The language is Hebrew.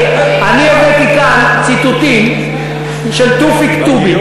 אני הבאתי כאן ציטוטים של תופיק טובי.